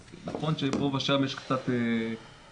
אז נכון שפה ושם יש קצת סכסוכים,